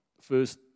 First